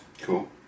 Cool